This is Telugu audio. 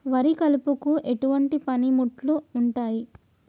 వరి కలుపుకు ఎటువంటి పనిముట్లు ఉంటాయి?